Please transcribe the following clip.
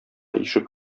ишек